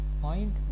point